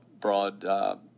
broad